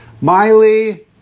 Miley